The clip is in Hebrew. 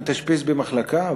מתאשפז במחלקה,